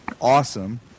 awesome